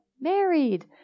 Married